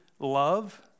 Love